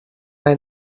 ein